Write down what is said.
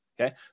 Okay